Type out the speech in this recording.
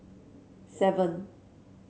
seven